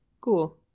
Cool